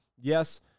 Yes